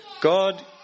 God